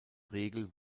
regel